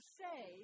say